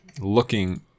looking